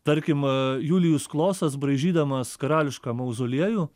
tarkim julijus klosas braižydamas karališką mauzoliejų